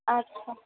আচ্ছা